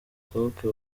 nsohoke